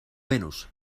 venus